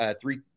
three